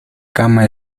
cama